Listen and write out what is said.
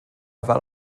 fel